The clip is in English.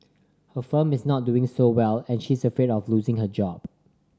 her firm is not doing so well and she is afraid of losing her job